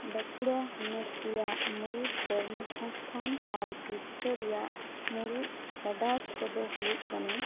ᱵᱟᱸᱠᱩᱲᱟ ᱦᱚᱱᱚᱛ ᱨᱮᱭᱟᱜ ᱢᱩᱲᱩᱛ ᱠᱚᱨᱢᱚ ᱥᱚᱝᱥᱛᱷᱟᱱ ᱟᱨ ᱡᱤᱯᱠᱟᱹ ᱨᱮᱭᱟᱜ ᱢᱩᱲᱩᱛ ᱯᱷᱮᱰᱟᱛ ᱠᱚᱫᱚ ᱦᱩᱭᱩᱜ ᱠᱟᱱᱟ